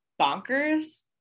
bonkers